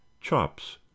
Chops